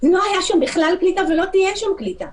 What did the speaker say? לא הייתה שם קליטה ולא תהיה שם קליטה.